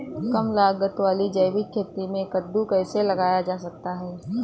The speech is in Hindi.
कम लागत वाली जैविक खेती में कद्दू कैसे लगाया जा सकता है?